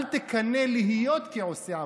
אל תקנא להיות כעושה עוולה,